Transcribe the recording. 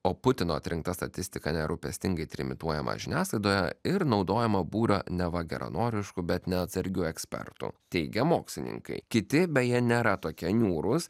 o putino atrinkta statistika nerūpestingai trimituojama žiniasklaidoje ir naudojama būrą neva geranoriškų bet neatsargių ekspertų teigia mokslininkai kiti beje nėra tokie niūrus